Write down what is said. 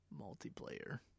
multiplayer